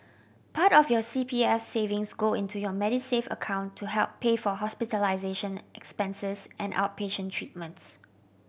part of your C P S savings go into your Medisave account to help pay for hospitalization expenses and outpatient treatments